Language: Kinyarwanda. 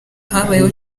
habaye